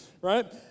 Right